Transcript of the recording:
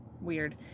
weird